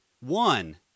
one